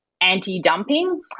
anti-dumping